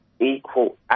equal